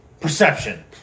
Perception